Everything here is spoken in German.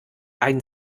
ein